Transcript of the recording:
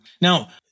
Now